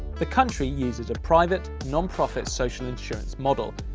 the country uses a private, non-profit social insurance model.